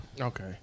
Okay